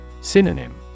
Synonym